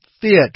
fit